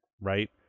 Right